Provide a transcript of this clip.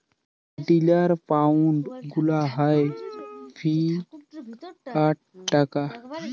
dollar, pound গুলা হ্যয় fiat টাকা